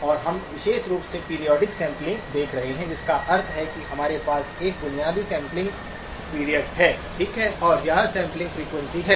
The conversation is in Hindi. और हम विशेष रूप से पीरियाडिक सैंपलिंग देख रहे हैं जिसका अर्थ है कि हमारे पास एक बुनियादी सैंपलिंग पीरियड है ठीक है और एक सैंपलिंग फ्रीक्वेंसी है